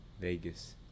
Vegas